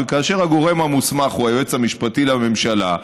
וכאשר הגורם המוסמך הוא היועץ המשפטי לממשלה,